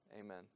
Amen